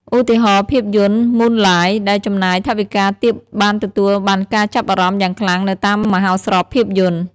ឧទាហរណ៍ ភាពយន្ត ម៉ូនឡាយ ដែលចំណាយថវិកាទាបបានទទួលបានការចាប់អារម្មណ៍យ៉ាងខ្លាំងនៅតាមមហោស្រពភាពយន្ត។